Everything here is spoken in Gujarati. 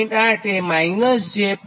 8 એ -j 1